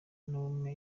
y’ubumwe